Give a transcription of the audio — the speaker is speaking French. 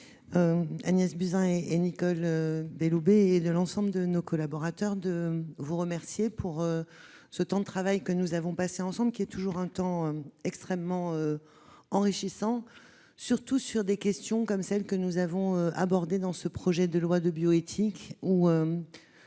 Agnès Buzyn et Nicole Belloubet, ainsi que de l'ensemble de nos collaborateurs, de vous remercier de ce temps de travail que nous avons passé ensemble. C'est toujours un moment extrêmement enrichissant, surtout sur des questions comme celles que nous avons abordées dans ce projet de loi de bioéthique,